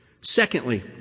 Secondly